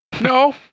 No